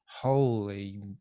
holy